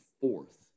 fourth